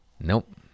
Nope